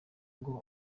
ngo